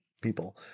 people